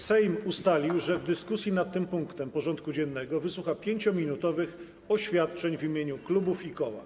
Sejm ustalił, że w dyskusji nad tym punktem porządku dziennego wysłucha 5-minutowych oświadczeń w imieniu klubów i koła.